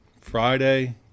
Friday